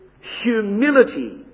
humility